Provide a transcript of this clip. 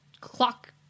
clock